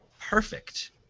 perfect